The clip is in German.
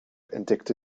entdeckte